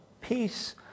Peace